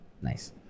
Nice